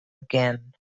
again